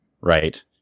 Right